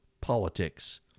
politics